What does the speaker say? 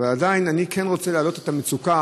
אבל עדיין אני כן רוצה להעלות את המצוקה